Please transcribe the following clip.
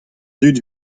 dud